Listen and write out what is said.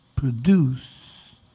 Produce